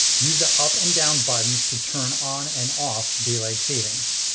use the up and down buttons to turn on and off daylight savings.